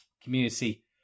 community